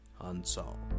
unsolved